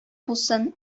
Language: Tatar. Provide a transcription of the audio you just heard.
булсын